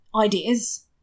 ideas